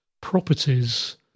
properties –